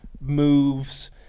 moves